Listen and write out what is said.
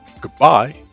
Goodbye